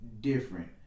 different